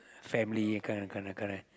family correct correct correct